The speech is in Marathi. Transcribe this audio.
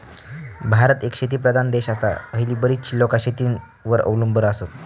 भारत एक शेतीप्रधान देश आसा, हयली बरीचशी लोकां शेतीवर अवलंबून आसत